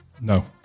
No